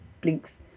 Blinks